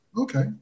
Okay